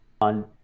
on